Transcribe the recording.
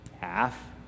Half